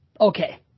Okay